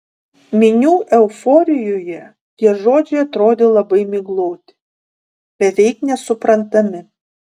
minių euforijoje tie žodžiai atrodė labai migloti beveik nesuprantami